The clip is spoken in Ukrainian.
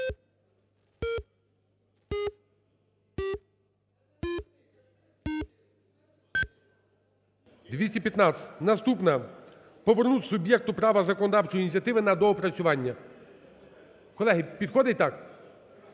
За-215 Наступна: повернути суб'єкту права законодавчої ініціативи на доопрацювання. Колеги, підходить так?